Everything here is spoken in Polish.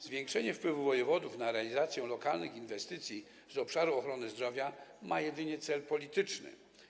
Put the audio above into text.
Zwiększenie wpływu wojewodów na realizację lokalnych inwestycji z obszaru ochrony zdrowia ma jedynie cel polityczny.